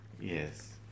yes